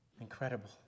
Incredible